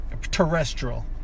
terrestrial